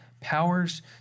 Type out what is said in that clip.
powers